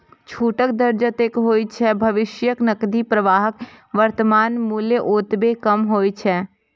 छूटक दर जतेक होइ छै, भविष्यक नकदी प्रवाहक वर्तमान मूल्य ओतबे कम होइ छै